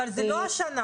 אבל זה לא השנה?